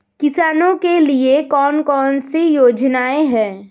किसानों के लिए कौन कौन सी योजनाएं हैं?